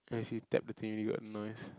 ya you see tap the thing already got noise